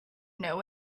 know